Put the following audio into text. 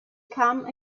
come